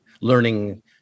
learning